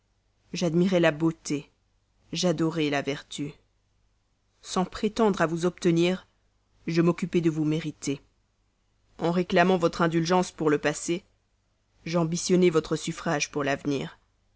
j'admirais la beauté j'adorai la vertu sans prétendre à vous obtenir je m'occupai à vous mériter en réclamant votre indulgence pour le passé j'ambitionnai votre suffrage pour l'avenir